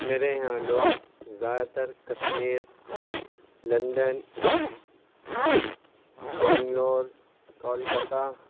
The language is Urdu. میرے یہاں لوگ زیادہ تر کشمیر لندن بنگلور کولکاتہ